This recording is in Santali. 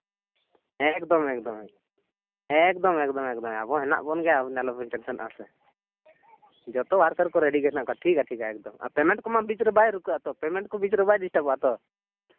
ᱦᱮᱸ ᱮᱠᱫᱚᱢ ᱮᱠᱫᱚᱢ ᱮᱠᱫᱚᱢ ᱮᱠᱫᱚᱢ ᱟᱵᱚ ᱦᱮᱱᱟᱜ ᱵᱚᱱ ᱜᱮᱭᱟ ᱟᱞᱚᱵᱤᱱ ᱴᱮᱱᱥᱮᱱᱚᱜᱼᱟ ᱥᱮ ᱡᱚᱛᱚ ᱳᱣᱟᱨᱠᱟᱨ ᱠᱚ ᱨᱮᱰᱤ ᱜᱮ ᱦᱮᱱᱟᱜ ᱠᱚᱣᱟ ᱴᱷᱤᱠ ᱜᱮᱭᱟ ᱴᱷᱤᱠ ᱜᱮᱭᱟ ᱮᱠᱫᱚᱢ ᱯᱮᱢᱮᱱᱴ ᱠᱚᱢᱟ ᱵᱤᱪ ᱨᱮ ᱵᱟᱭ ᱨᱩᱠᱟᱹᱜᱼᱟ ᱛᱚ ᱯᱮᱢᱮᱱᱴ ᱠᱚ ᱵᱤᱪ ᱨᱮ ᱵᱟᱭ ᱰᱤᱥᱴᱨᱟᱵᱚᱜᱼᱟ ᱛᱚ